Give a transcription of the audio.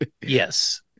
Yes